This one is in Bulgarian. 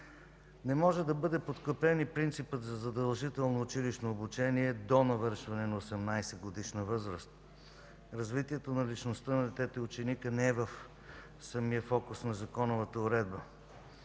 Не може да бъде подкрепен и принципът за задължително училищно обучение до навършване на 18-годишна възраст. Развитието на личността на детето и ученика не е в самия фокус на законовата уредба.